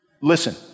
Listen